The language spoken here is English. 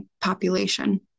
population